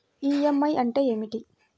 EMI అంటే ఏమిటి?